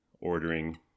ordering